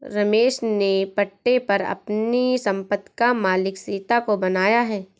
रमेश ने पट्टे पर अपनी संपत्ति का मालिक सीता को बनाया है